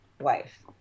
wife